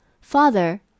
Father